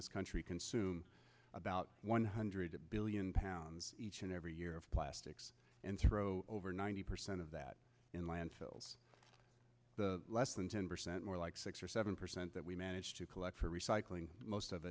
this country consume about one hundred billion pounds each and every year of plastics and throw over ninety percent of that in landfills the less than ten percent more like six or seven percent that we manage to collect for recycling most of